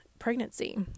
Pregnancy